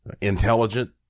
intelligent